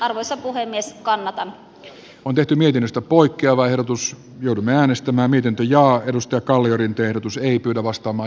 arvoisa puhemies kannatan eu on tehty mietinnöstä poikkeava ehdotus joudun äänestämään miten teija edustaja kalliorinteen otus ei pyydä vasta oma